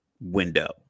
window